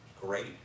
Great